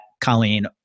Colleen